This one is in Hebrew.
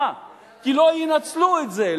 כי לא ינצלו את זה,